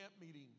meeting